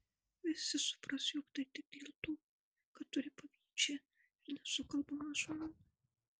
visi supras jog tai tik dėl to kad turi pavydžią ir nesukalbamą žmoną